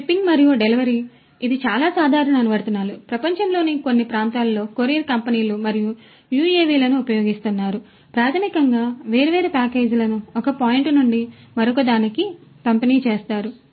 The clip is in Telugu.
షిప్పింగ్ మరియు డెలివరీ ఇది చాలా సాధారణ అనువర్తనాలు ప్రపంచంలోని కొన్ని ప్రాంతాలలో కొరియర్ కంపెనీలు వారు యుఎవిలను ఉపయోగిస్తున్నారు ప్రాథమికంగా వేర్వేరు ప్యాకేజీలను ఒక పాయింట్ నుండి మరొకదానికి పంపిణీ చేస్తారు